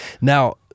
Now